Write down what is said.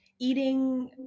eating